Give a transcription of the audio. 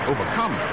Overcome